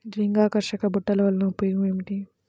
లింగాకర్షక బుట్టలు వలన ఉపయోగం ఏమిటి?